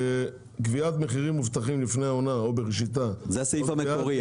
קביעת מחירים מובטחים לפני העונה או בראשיתה..." --- זה הסעיף המקורי.